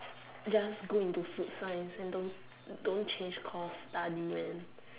just go into food science and don't don't change course study and